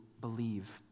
believe